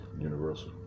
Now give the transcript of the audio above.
Universal